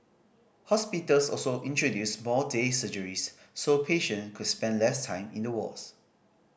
hospitals also introduced more day surgeries so patient could spend less time in the wards